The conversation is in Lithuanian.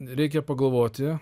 reikia pagalvoti